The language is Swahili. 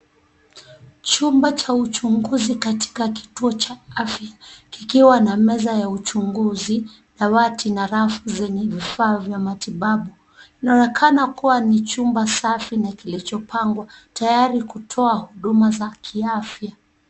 Chumba cha uchunguzi katika kituo cha afya kikiwa na meza ya uchunguzi, dawati na rafu zenye vifaa vya matibabu. Inaonekana kuwa ni chumba safi na kilichopangwa tayari kutoa huduma za kiafya.